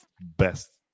best